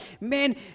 man